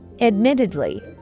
Admittedly